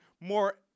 more